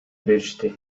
беришти